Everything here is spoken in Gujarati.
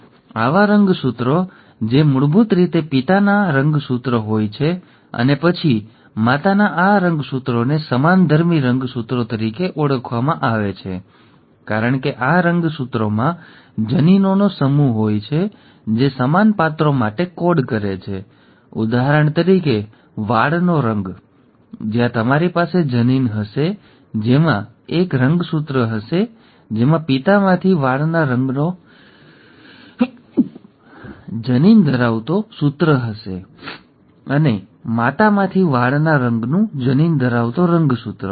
તેથી આવા રંગસૂત્રો જે મૂળભૂત રીતે પિતાના આ રંગસૂત્રો હોય છે અને પછી માતાના આ રંગસૂત્રોને સમાનધર્મી રંગસૂત્રો તરીકે ઓળખવામાં આવે છે કારણ કે આ રંગસૂત્રોમાં જનીનોનો સમૂહ હોય છે જે સમાન પાત્રો માટે કોડ કરે છે ઉદાહરણ તરીકે વાળનો રંગ જ્યાં તમારી પાસે જનીન હશે જેમાં એક રંગસૂત્ર હશે જેમાં પિતામાંથી વાળના રંગનો જનીન ધરાવતો રંગસૂત્ર હશે અને માતામાંથી વાળના રંગનું જનીન ધરાવતો રંગસૂત્ર